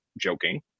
joking